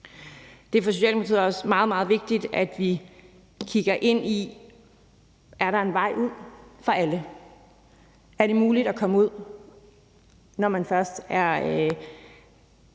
Det er for Socialdemokratiet også meget, meget vigtigt, at vi kigger ind i, om der er en vej ud for alle, om det er muligt at komme ud, når man først er